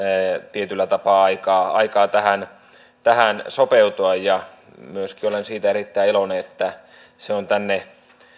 tietyllä tapaa aikaa aikaa tähän tähän sopeutua myöskin olen siitä erittäin iloinen että se on tänne